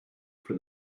for